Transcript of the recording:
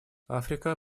африка